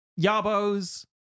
Yabos